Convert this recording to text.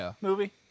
movie